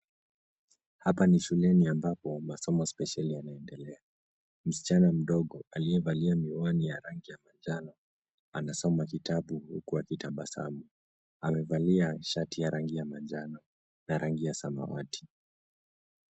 Hapa ni shuleni ambapo masomo spesheli yanaendelea. Msichana mdogo aliyevalia miwani ya rangi ya manjano anasoma kitabu huku akitabasamu. Amevalia shati ya rangi ya manjano na rangi ya samawati.